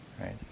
right